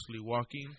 walking